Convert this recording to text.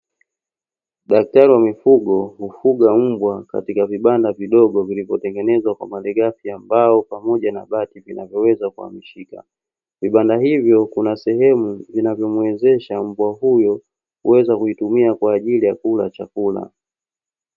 Daktari wa mifugo hufuga mbwa katika vibanda vidogo vilivyotengenezwa kwa malighafi ya mbao pamoja na bati, vinavyo weza kuhamishika. Vibanda hivyo, kuna sehemu vinavyomuwezesha mbwa huyu uweza kuitumia kwa ajili ya kula chakula.